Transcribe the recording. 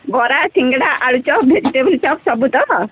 ବରା ସିଙ୍ଗଡ଼ା ଆଳୁଚପ୍ ଭେଜିଟେବୁଲ୍ ଚପ୍ ସବୁ ତ